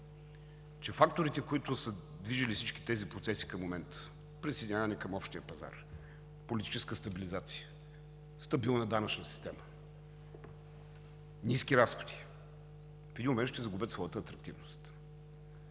че факторите, които са движили всички тези процеси към момента: присъединяване към Общия пазар, политическа стабилизация, стабилна данъчна система, ниски разходи, в един момент ще загубят своята атрактивност